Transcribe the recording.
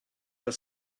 your